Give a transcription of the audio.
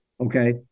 okay